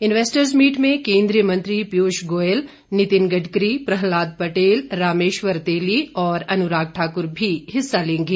investors meet में केंद्रीय मंत्री पियूष गोयल नितिन गडकरी प्रहलाद पटेल रामेश्वर तेली और अनुराग ठाक्र भी हिस्सा लेंगे